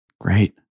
Great